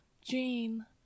Jean